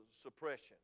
suppression